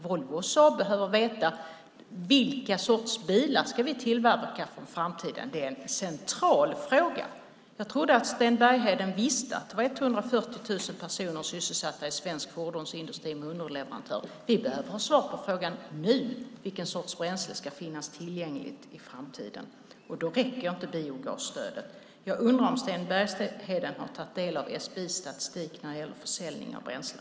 Volvo och Saab behöver veta vilken sorts bilar vi ska tillverka för framtiden. Det är en central fråga. Jag trodde att Sten Bergheden visste att det är 140 000 personer som är sysselsatta i svensk fordonsindustri med underleverantörer. Vi behöver svar på frågan nu. Vilken sorts bränsle ska finnas tillgängligt i framtiden? Då räcker inte biogasstödet. Jag undrar om Sten Bergheden har tagit del av SPI:s statistik när det gäller försäljning av bränsle.